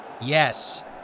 Yes